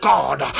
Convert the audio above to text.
God